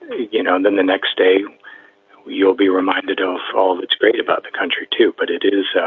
you know, then the next day you'll be reminded of all that's great about the country, too. but it is so